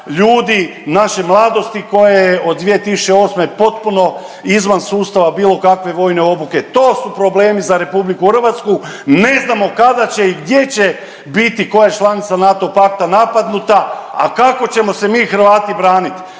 ljudi, naše mladosti koja je od 2008. potpuno izvan sustava bilo kakve vojne obuke. To su problemi za RH, ne znamo kada će i gdje će biti koja članica NATO pakta napadnuta, a kako ćemo se mi Hrvati branit?